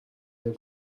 نمی